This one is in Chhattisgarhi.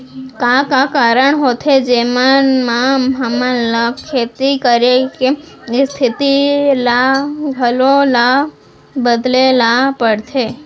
का का कारण होथे जेमन मा हमन ला खेती करे के स्तिथि ला घलो ला बदले ला पड़थे?